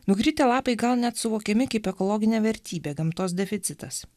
nukritę lapai gal net suvokiami kaip ekologinė vertybė gamtos deficitas